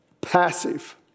passive